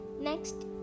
Next